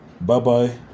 bye-bye